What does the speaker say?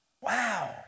wow